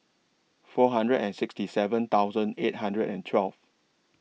four hundred and sixty seven thousand eight hundred and twelve